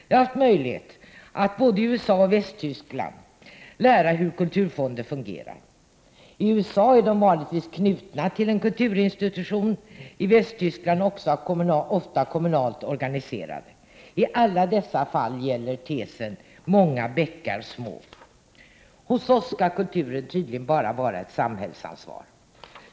Jag har haft möjlighet att i både USA och Västtyskland lära mig hur kulturfonder fungerar. I USA är de vanligtvis knutna till en kulturinstitution. I Västtyskland är de ofta kommunalt organiserade. I alla dessa fall gäller tesen många bäckar små ... Hos oss skall kulturen tydligen bara vara ett samhällsansvar.